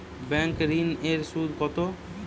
Bank ঋন এর সুদ কত?